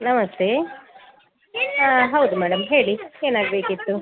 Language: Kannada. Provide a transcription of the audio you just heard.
ನಮಸ್ತೆ ಹಾಂ ಹೌದು ಮೇಡಮ್ ಹೇಳಿ ಏನಾಗಬೇಕಿತ್ತು